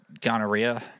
Gonorrhea